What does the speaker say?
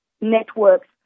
networks